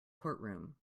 courtroom